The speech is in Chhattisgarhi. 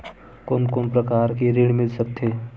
कोन कोन प्रकार के ऋण मिल सकथे?